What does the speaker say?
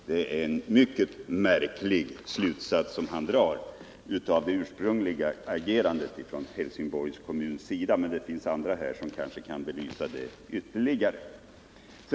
Det är en mycket märklig slutsats som Erik Börjesson drar av det ursprungliga agerandet från Helsingborgs kommuns sida. Men det finns andra här i kammaren som kanske kan belysa den här saken ytterligare.